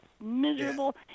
miserable